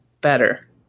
better